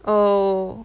oh